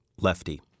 Lefty